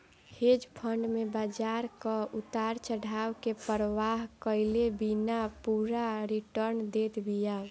hedge fund में बाजार कअ उतार चढ़ाव के परवाह कईले बिना पूरा रिटर्न देत बिया